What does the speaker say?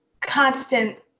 constant